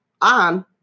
on